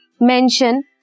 mention